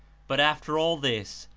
but, after all this,